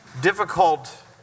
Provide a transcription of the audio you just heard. difficult